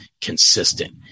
consistent